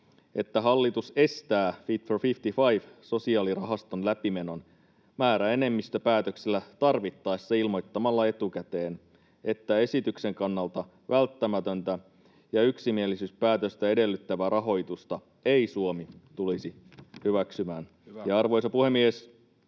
että hallitus estää Fit for 55 ‑sosiaalirahaston läpimenon määräenemmistöpäätöksellä tarvittaessa ilmoittamalla etukäteen, että esityksen kannalta välttämätöntä ja yksimielisyyspäätöstä edellyttävää rahoitusta ei Suomi tulisi hyväksymään. Arvoisa puhemies!